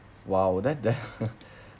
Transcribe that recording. !wow! that there